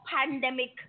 pandemic